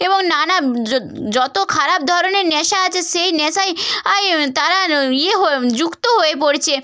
এবং নানা য্ যত খারাপ ধরনের নেশা আছে সেই নেশায় আয় তারা ইয়ে হো যুক্ত হয়ে পড়ছে